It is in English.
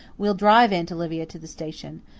we'll drive aunt olivia to the station.